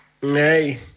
Hey